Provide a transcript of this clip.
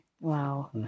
Wow